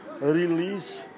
release